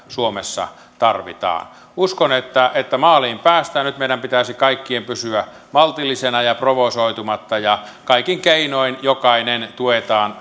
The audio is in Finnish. suomessa tarvitaan uskon että että maaliin päästään nyt meidän pitäisi kaikkien pysyä maltillisina ja olla provosoitumatta ja tuetaan kaikin keinoin jokainen